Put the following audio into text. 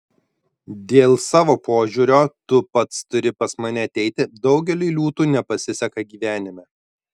dėl savo požiūrio tu pats turi pas mane ateiti daugeliui liūtų nepasiseka gyvenime